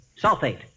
Sulfate